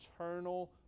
eternal